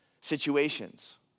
situations